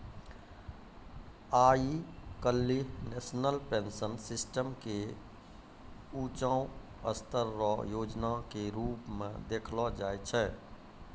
आइ काल्हि national pension system के ऊंचों स्तर रो योजना के रूप मे देखलो जाय छै